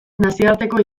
nazioarteko